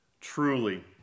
Truly